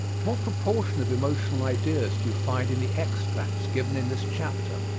what proportion of emotional ideas do you find in the extracts given in this chapter?